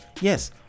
yes